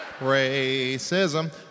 Racism